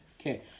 Okay